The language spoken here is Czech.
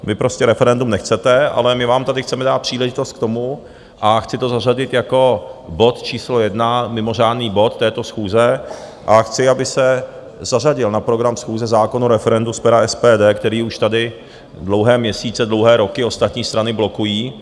Vy prostě referendum nechcete, ale my vám tady chceme dát příležitost k tomu, a chci to zařadit jako bod číslo jedna, mimořádný bod této schůze, a chci, aby se zařadil na program schůze zákon o referendu z pera SPD, který už tady dlouhé měsíce, dlouhé roky ostatní strany blokují.